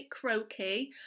croaky